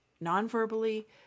Non-verbally